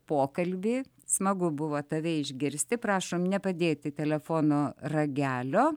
pokalbį smagu buvo tave išgirsti prašom nepadėti telefono ragelio